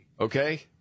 Okay